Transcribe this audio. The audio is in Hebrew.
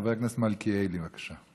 חבר הכנסת מלכיאלי, בבקשה.